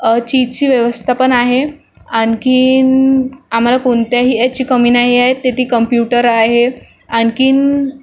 चीजची व्यवस्था पण आहे आणखीन आम्हाला कोणत्याही याची कमी नाहीये तिथे कंप्युटर आहे आणखीन